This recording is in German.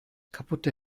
kaputte